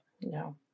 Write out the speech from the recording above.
No